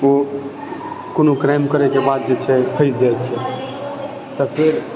ओ कोनो क्राइम करएके बाद जे छै फँसि जाइ छै तऽ फेर